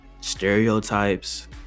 stereotypes